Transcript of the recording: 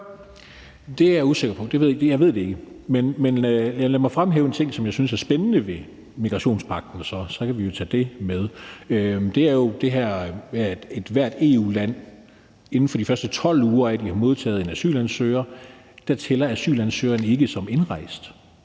Det ved jeg ikke. Jeg ved det ikke. Men lad mig fremhæve en ting, som jeg synes er spændende ved migrationspagten. Så kan vi jo tage det med. Det er det her med, at i de første 12 uger, efter at et EU-land har modtaget en asylansøger, tæller asylansøgerne ikke som indrejst